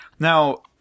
Now